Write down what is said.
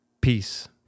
Peace